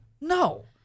no